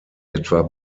etwa